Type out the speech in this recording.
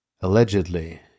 Allegedly